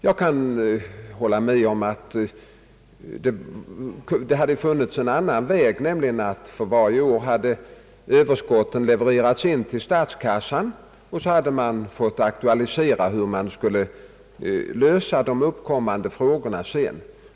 Jag kan hålla med om att man kunnat gå en annan väg, nämligen att överskotten för varje år levererats in till statskassan och att man därefter fått aktualisera hur de uppkommande frågorna skulle lösas.